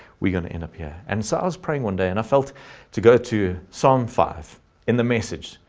we're going to end up here. and so i was praying one day, and i felt to go to psalm five in the message.